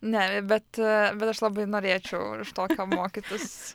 ne bet bet aš labai norėčiau tokio mokytis